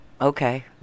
Okay